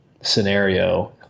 scenario